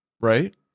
Right